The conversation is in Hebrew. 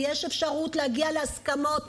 יש אפשרות להגיע להסכמות.